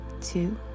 two